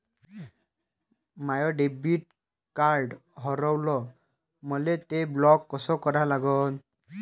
माय debit card हारवलं, मले ते ब्लॉक कस करा लागन?